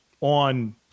on